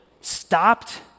stopped